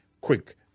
quick